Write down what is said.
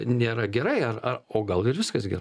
nėra gerai ar ar o gal ir viskas gerai